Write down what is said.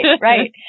Right